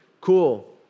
cool